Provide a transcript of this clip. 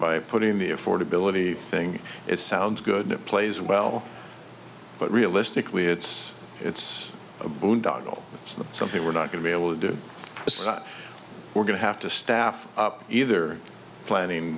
by putting the affordability thing it sounds good it plays well but realistically it's it's a boondoggle something we're not going to be able to do so we're going to have to staff up either planning